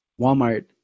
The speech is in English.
Walmart